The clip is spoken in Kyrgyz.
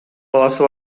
баласы